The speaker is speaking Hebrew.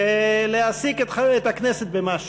ולהעסיק את הכנסת במשהו?